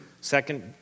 second